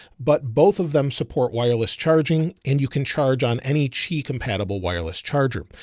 but both of them support wireless charging and you can charge on any cheek compatible wireless charger.